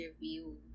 Review